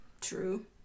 True